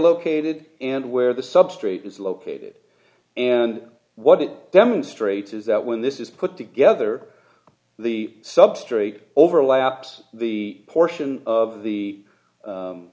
located and where the substrate is located and what it demonstrates is that when this is put together the substrate overlaps the portion of the